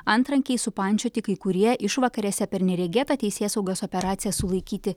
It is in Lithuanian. antrankiais supančioti kai kurie išvakarėse per neregėtą teisėsaugos operaciją sulaikyti